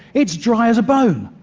it's dry as a bone.